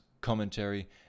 commentary